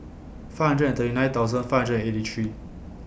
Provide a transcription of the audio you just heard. five hundred and thirty nine thousand five hundred and eighty three